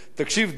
תקשיב, דב,